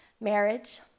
Marriage